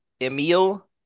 Emil